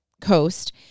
coast